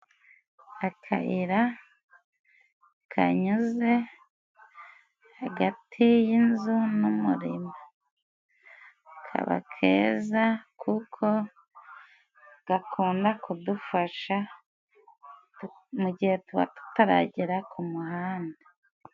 Akayira kanyuze hagati y'inzu n'umurima kaba keza kuko gakunda kudufasha mu gihe tuba tutaragera ku muhanda.